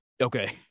Okay